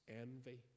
Envy